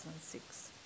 2006